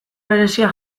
berezia